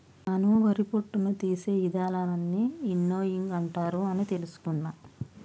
నాను వరి పొట్టును తీసే ఇదానాలన్నీ విన్నోయింగ్ అంటారు అని తెలుసుకున్న